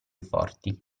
forti